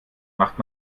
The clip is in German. macht